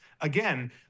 again